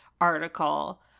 article